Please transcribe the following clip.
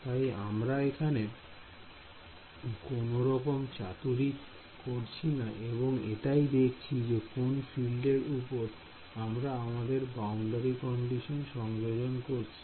তাই আমরা এখানে কোনরকম চাতুরী করছি না বরং এটাই দেখছি যে কোন ফ্রেন্ড এর উপর আমরা আমাদের বাউন্ডারি কন্ডিশন সংযোজন করছি